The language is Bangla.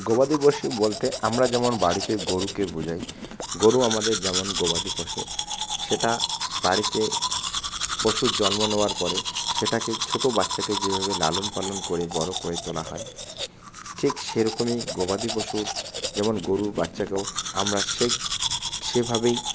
গবাদি পশু বলতে আমরা যেমন বাড়িতে গরুকে বোঝাই গরু আমাদের যেমন গবাদি পশু সেটা বাড়িতে পশুর জন্ম নেওয়ার পরে সেটাকে ছোটো বাচ্চাকে যেভাবে লালন পালন করে বড়ো করে তোলা হয় ঠিক সেরকমই গবাদি পশুর যেমন গরুর বাচ্চাকেও আমরা সে সেভাবেই